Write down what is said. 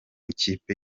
ikipe